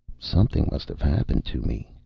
something must have happened to me.